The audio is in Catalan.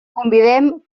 convidem